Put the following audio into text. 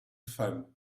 femmes